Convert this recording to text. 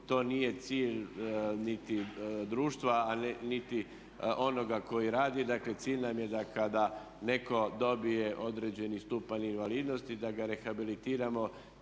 To nije cilj niti društva, a niti onoga koji radi. Dakle, cilj nam je da kada netko dobije određeni stupanj invalidnosti da ga rehabilitiramo